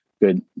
good